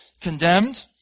condemned